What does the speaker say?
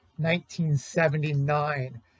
1979